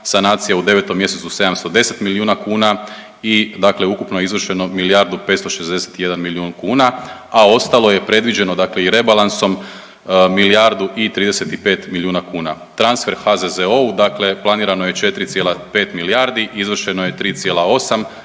sanacija u 9 mjesecu 710 milijuna kuna i dakle ukupno je izvršeno milijardu 561 milijun kuna, a ostalo je predviđeno, dakle i rebalansom milijardu i 35 milijuna kuna. Transfer HZZO-u dakle planirano je 4,5 milijardi, izvršeno je 3,8 i